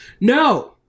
No